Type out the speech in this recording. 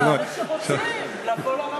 שרוצים לבוא לרב,